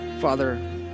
Father